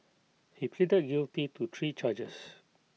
he pleaded guilty to three charges